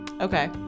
Okay